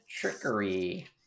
trickery